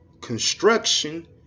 construction